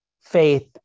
Faith